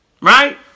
Right